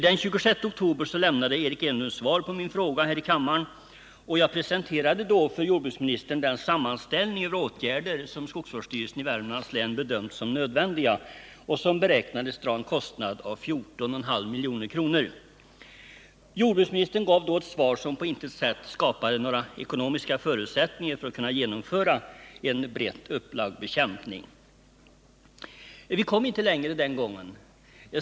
Den 26 oktober lämnade Eric Enlund svar på min fråga här i kammaren, och jag presenterade då för jordbruksministern en sammanställning över de åtgärder som skogsvårdsstyrelsen i Värmlands län bedömt som nödvändiga och som beräknades dra en kostnad av 14,5 milj.kr. Jordbruksministern gav då ett svar som på intet sätt skapade några ekonomiska förutsättningar för att kunna genomföra en brett upplagd bekämpning. Vi kom inte längre den gången.